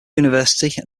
university